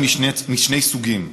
משני סוגים: